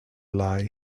lie